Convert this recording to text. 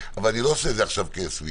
אבל אני לא עושה את זה עכשיו כסוויץ',